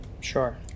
Sure